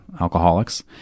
alcoholics